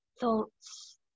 thoughts